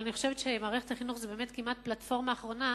אני חושבת שמערכת החינוך היא כמעט פלטפורמה אחרונה